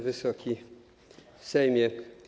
Wysoki Sejmie!